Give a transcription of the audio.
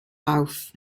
auf